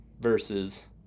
versus